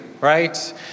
right